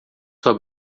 sua